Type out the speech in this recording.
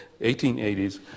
1880s